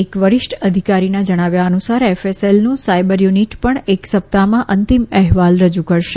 એક વરિષ્ઠ અધિકારીના જણાવ્યા અનુસાર એફએસએલનું સાયબરયુનિટ પણ એક સપ્તાહમાં અંતિમ અહેવાલ રજૂ કરશે